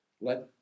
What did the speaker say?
Let